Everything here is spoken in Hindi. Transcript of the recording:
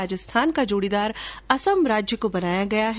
राजस्थान का जोड़ीदार असम राज्य को बनाया गया है